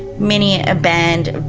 many a band,